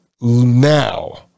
now